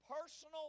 personal